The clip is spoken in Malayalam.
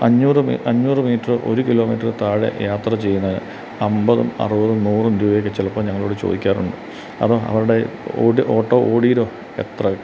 അഞ്ഞൂറ് മി അഞ്ഞൂറ് മീറ്റർ ഒരു കിലോ മീറ്ററിനു താഴെ യാത്ര ചെയ്യുന്നതിന് അൻപതും അറുപതും നൂറും രൂപയൊക്കെ ചിലപ്പോൾ ഞങ്ങളോടു ചോദിക്കാറുണ്ട് അപ്പോൾ അവരുടെ ഓട് ഓട്ടോ ഓടിരൊ എത്ര